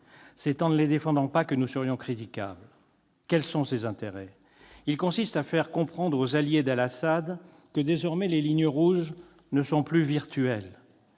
C'est en ne les défendant pas que nous serions critiquables. Quels sont ces intérêts ? Ils consistent à faire comprendre aux alliés d'al-Assad que désormais les lignes rouges ne seront plus virtuelles.